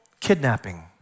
Kidnapping